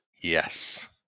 Yes